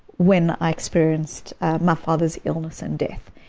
when i experienced my father's illness and death.